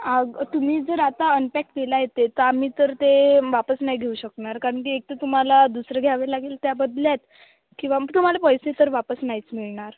अग तुम्ही जर आता अनपॅक केला आहेत ते तर आम्ही तर ते वापस नाही घेऊ शकणार कारण की एकतर तुम्हाला दुसरं घ्यावं लागेल त्याबदल्यात किंवा तुम्हाला पैसे तर वापस नाहीच मिळणार